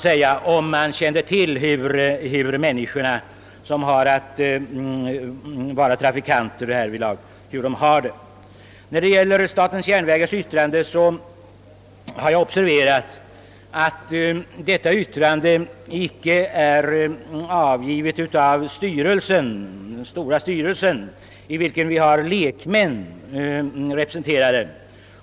Jag har observerat att statens järnvägars yttrande icke är avgivet av dess styrelse, i vilken lekmännen är representerade.